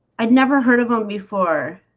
i'd never heard of them before